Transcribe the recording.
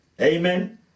Amen